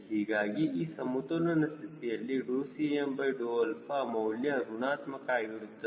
ಹೀಗಾಗಿ ಈ ಸಮತೋಲನ ಸ್ಥಿತಿಯಲ್ಲಿCm ಮೌಲ್ಯ ಋಣಾತ್ಮಕ ಆಗಿರುತ್ತದೆ